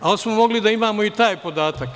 Ali, mogli smo da imamo i taj podatak.